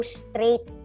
straight